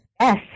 Yes